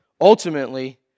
ultimately